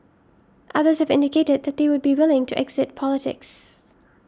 others have indicated that they would be willing to exit politics